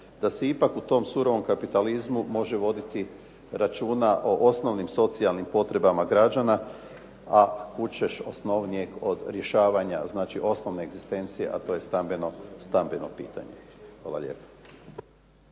da se ipak u tom surovom kapitalizmu može voditi računa o osnovnim socijalnim potrebama građana, a kud ćeš osnovnije od rješavanja znači osnovne egzistencije, a to je stambeno pitanje. Hvala lijepo.